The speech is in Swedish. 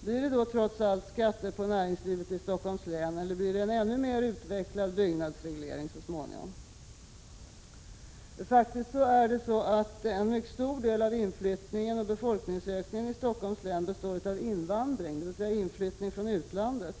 Blir det trots allt skatter på näringslivet i Stockholms län, eller blir det en ännu mer utvecklad byggreglering så småningom? En mycket stor del av inflyttningen och befolkningsökningen i Stockholms län består av invandring, dvs. inflyttning från utlandet.